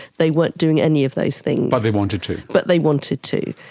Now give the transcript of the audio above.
they weren't doing any of those things. but they wanted to. but they wanted to.